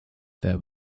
there